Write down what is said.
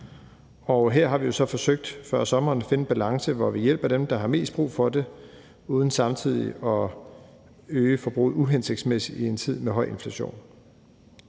og her har vi jo så forsøgt før sommeren at finde en balance, hvor vi hjælper dem, der har mest brug for det, uden samtidig at øge forbruget uhensigtsmæssigt i en tid med høj inflation.